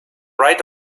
right